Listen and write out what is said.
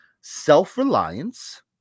Self-Reliance